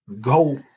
go